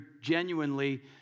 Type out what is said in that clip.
genuinely